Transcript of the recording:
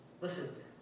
Listen